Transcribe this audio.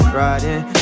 riding